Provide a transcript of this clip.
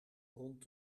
rond